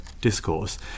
discourse